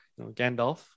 Gandalf